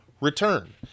return